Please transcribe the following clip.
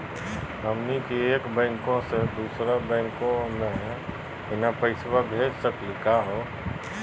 हमनी के एक बैंको स दुसरो बैंको महिना पैसवा भेज सकली का हो?